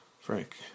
Frank